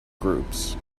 groups